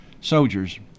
soldiers